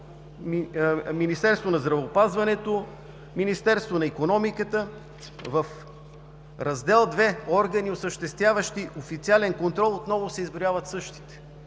Министерството на здравеопазването, Министерството на икономиката. В „Раздел II – Органи, осъществяващи официален контрол“ отново се изброяват същите.